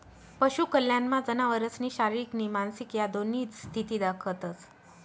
पशु कल्याणमा जनावरसनी शारीरिक नी मानसिक ह्या दोन्ही स्थिती दखतंस